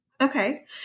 Okay